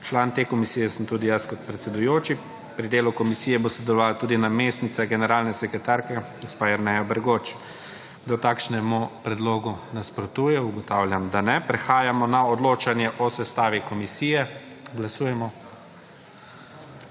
Član komisije sem tudi jaz kot predsedujoči. Pri delu komisije bo sodelovala tudi namestnica generalne sekretarke gospa Jerneja Bergoč. Kdo takšnemu predlogu nasprotuje? Ugotavljam, da ne. Prehajamo na odločanje o sestavi komisije. Glasujemo.